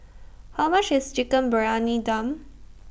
How much IS Chicken Briyani Dum